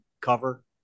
cover